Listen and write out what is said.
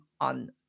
on